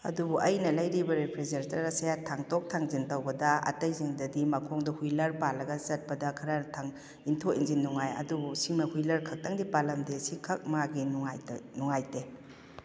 ꯑꯗꯨꯕꯨ ꯑꯩꯅ ꯂꯩꯔꯤꯕ ꯔꯦꯐ꯭ꯔꯤꯖꯔꯦꯇꯔ ꯑꯁꯦ ꯊꯥꯡꯇꯣꯛ ꯊꯥꯡꯖꯤꯟ ꯇꯧꯕꯗ ꯑꯇꯩꯁꯤꯡꯗꯗꯤ ꯃꯈꯣꯡꯗꯣ ꯍꯨꯏꯂꯔ ꯄꯥꯜꯂꯒ ꯆꯠꯄꯗ ꯈꯔ ꯏꯟꯊꯣꯛ ꯏꯅꯁꯤꯟ ꯅꯨꯡꯉꯥꯏ ꯑꯗꯨꯕꯨ ꯁꯤꯃ ꯍꯨꯏꯂꯔ ꯈꯛꯇꯪꯗꯤ ꯄꯥꯜꯂꯝꯗꯦ ꯁꯤꯈꯛ ꯃꯒꯤ ꯅꯨꯡꯉꯥꯏꯇꯦ